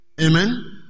Amen